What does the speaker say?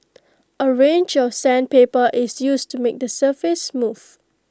A range of sandpaper is used to make the surface smooth